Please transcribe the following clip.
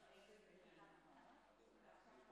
ברשות יושב-ראש הישיבה,